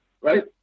right